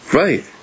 right